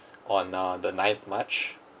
on uh the ninth of march